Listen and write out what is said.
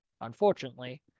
unfortunately